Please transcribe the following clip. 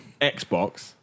Xbox